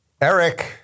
Eric